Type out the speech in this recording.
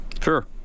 Sure